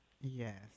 Yes